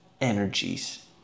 energies